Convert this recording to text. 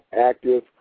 active